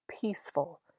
peaceful